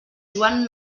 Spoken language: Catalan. joan